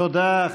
תודה,